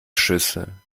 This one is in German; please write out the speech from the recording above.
schüsse